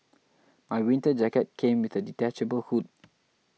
my winter jacket came with a detachable hood